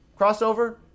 crossover